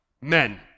men